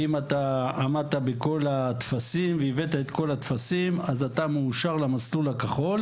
ואם אתה הבאת את כל הטפסים אתה מאושר למסלול הכחול.